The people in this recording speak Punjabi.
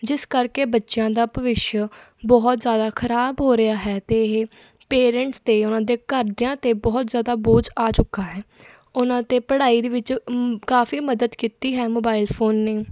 ਜਿਸ ਕਰਕੇ ਬੱਚਿਆਂ ਦਾ ਭਵਿੱਖ ਬਹੁਤ ਜ਼ਿਆਦਾ ਖਰਾਬ ਹੋ ਰਿਹਾ ਹੈ ਅਤੇ ਇਹ ਪੇਰੈਂਟਸ 'ਤੇ ਉਹਨਾਂ ਦੇ ਘਰਦਿਆਂ 'ਤੇ ਬਹੁਤ ਜ਼ਿਆਦਾ ਬੋਝ ਆ ਚੁੱਕਾ ਹੈ ਉਹਨਾਂ 'ਤੇ ਪੜ੍ਹਾਈ ਦੇ ਵਿੱਚ ਕਾਫੀ ਮਦਦ ਕੀਤੀ ਹੈ ਮੋਬਾਇਲ ਫੋਨ ਨੇ